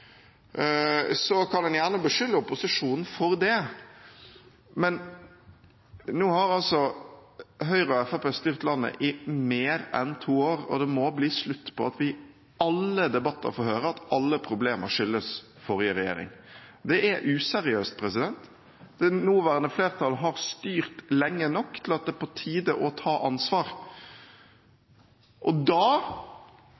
kan en gjerne beskylde opposisjonen for det, men nå har Høyre og Fremskrittspartiet styrt landet i mer enn to år, og det må bli slutt på at vi i alle debatter får høre at alle problemer skyldes forrige regjering. Det er useriøst. Det nåværende flertallet har styrt lenge nok til at det er på tide å ta ansvar. Da